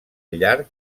llarg